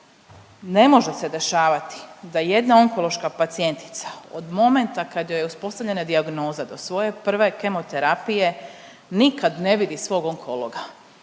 ne može se dešavati da jedna onkološka pacijentica od momenta kad joj je uspostavljena dijagnoza do svoje prve kemoterapije nikad ne vidi svog onkologa,